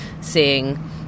seeing